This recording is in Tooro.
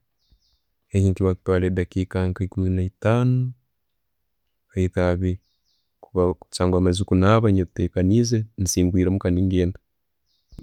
Ekyo chiba ne'kitwara edakiika nka ekumi naitano kwika habiiri, kuba nsangire maziire kunaaba ne'tekaniize, nesimbura omuka ne'genda.